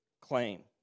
claim